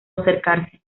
acercarse